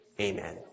amen